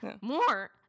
more